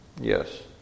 Yes